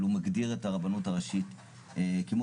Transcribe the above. אבל הוא מגדיר את הרבנות הראשית כמונופול.